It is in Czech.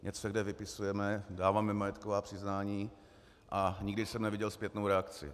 Něco, kde vypisujeme, dáváme majetková přiznání, a nikdy jsem neviděl zpětnou reakci.